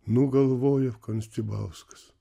nu galvojo konstibauskas